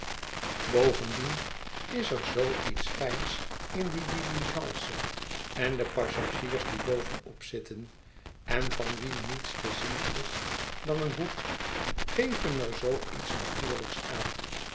bovendien is erzooiets fijns in die diligence en de passagiers die boven op zitten en van wie niets te zien is dan een hoed geven er zoo iets natuurlijks aan